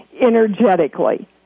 energetically